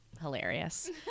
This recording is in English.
hilarious